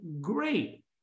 great